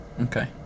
okay